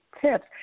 tips